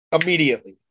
Immediately